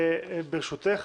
ברשותך,